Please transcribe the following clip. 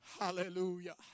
Hallelujah